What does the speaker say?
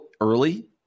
early